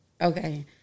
Okay